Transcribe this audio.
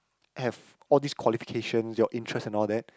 have all these qualifications your interest and all that